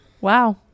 Wow